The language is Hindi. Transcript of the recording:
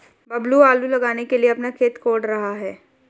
बबलू आलू लगाने के लिए अपना खेत कोड़ रहा है